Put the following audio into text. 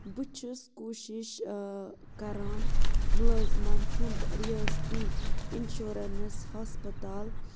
بہٕ چھُس کوٗشِش کَران مُلٲزمن ہُنٛد رِیٲستی اِنشورَنس ہسپَتال